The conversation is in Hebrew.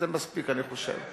זה מספיק, אני חושב.